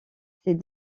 ces